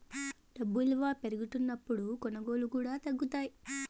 డబ్బు ఇలువ పెరుగుతున్నప్పుడు కొనుగోళ్ళు కూడా తగ్గుతాయి